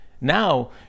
Now